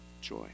joy